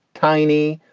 tiny,